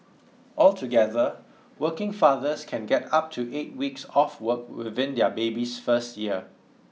altogether working fathers can get up to eight weeks off work within their baby's first year